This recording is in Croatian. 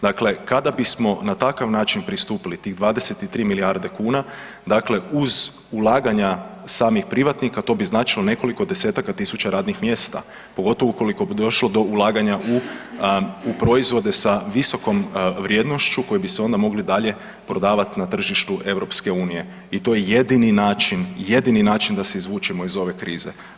Dakle, kada bismo na takav način pristupili tih 23 milijarde kuna, dakle uz ulaganja samih privatnika, to bi značilo nekoliko desetaka tisuća radnih mjesta, pogotovo ukoliko bi došlo do ulaganja u proizvode sa visokom vrijednošću koji bi se onda mogli dalje prodavati na tržištu Europske unije i to je jedini način, jedini način da se izvučemo iz ove krize.